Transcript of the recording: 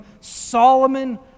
Solomon